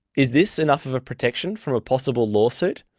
is this enough of a protection from a possible lawsuit?